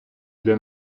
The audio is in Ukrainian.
для